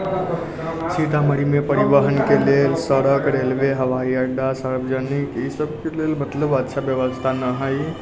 सीतामढ़ीमे परिवहनके लेल सड़क रेलवे हवाई अड्डा सार्वजनिक इसभके लेल मतलब अच्छा व्यवस्था ना हइ